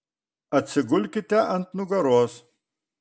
atsigulkite ant nugaros